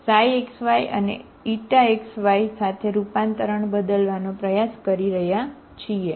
તેથી આપણે આ x y થી ξ અને સાથે રૂપાંતરણ બદલવાનો પ્રયાસ કરી રહ્યા છીએ